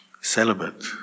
celibate